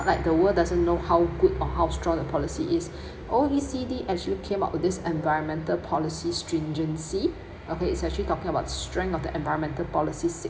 like the world doesn't know how good or how strong the policy is O_E_C_D actually came up with this environmental policy stringency okay it's actually talking about strength of the environmental policies sig~